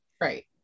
Right